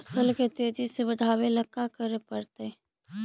फसल के तेजी से बढ़ावेला का करे पड़तई?